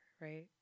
right